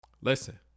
Listen